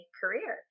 career